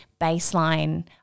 baseline